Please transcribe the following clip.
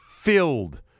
filled